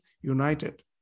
united